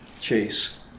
chase